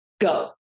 go